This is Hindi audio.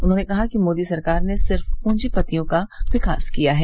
उन्होंने कहा कि मोदी सरकार ने सिर्फ पूंजीपतियों का विकास किया है